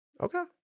okay